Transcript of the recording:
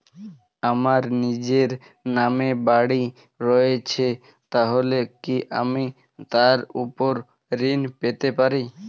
আমার নিজের নামে বাড়ী রয়েছে তাহলে কি আমি তার ওপর ঋণ পেতে পারি?